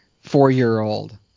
four-year-old